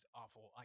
awful